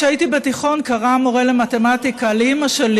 כשהייתי בתיכון קרא המורה למתמטיקה לאימא שלי